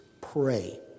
pray